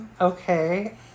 Okay